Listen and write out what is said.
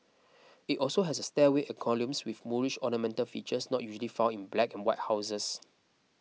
it also has a stairway and columns with Moorish ornamental features not usually found in black and white houses